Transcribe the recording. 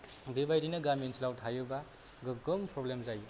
बेबायदिनो गामि ओनसोलाव थायोबा गोग्गोम प्रब्लेम जायो